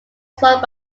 sung